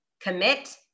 commit